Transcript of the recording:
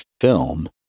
film